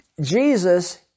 Jesus